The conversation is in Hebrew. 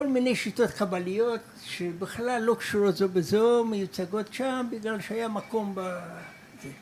‫כל מיני שיטות קבליות, ‫שבכלל לא קשורות זו בזו, ‫מיוצגות שם בגלל שהיה מקום ב...